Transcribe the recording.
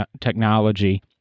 technology